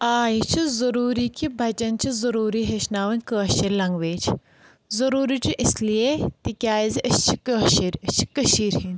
آ یہِ چھُ ضروٗری کہِ بَچَن چھِ ضروٗری ہیٚچھناوٕنۍ کٲشِر لنٛگویج ضروٗری چھُ اِس لیے تِکیٛازِ أسۍ چھِ کٲشِرۍ أسۍ چھِ کٔشیٖر ہٕنٛدۍ